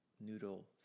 noodle